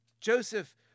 Joseph